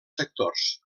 sectors